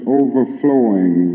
overflowing